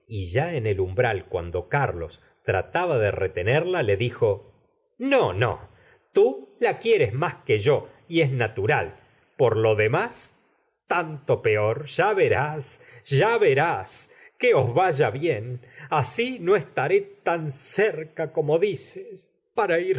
y ya en el umbral cuando carlos trataba de retenerla le dijo no no tú la quieres más que yo y es natural por lo demás tanto peor ya verás ya verás que os vaya bien así no estaré tan cerca eomo dices para